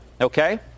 okay